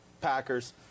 Packers